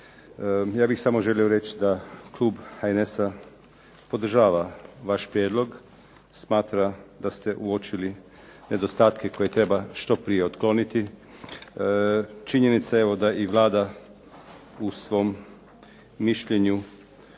Ja bih samo želio reći da klub HNS-a podržava vaš prijedlog, smatra da ste uočili nedostatke koje treba što prije otkloniti. Činjenica je evo da i Vlada u svom mišljenju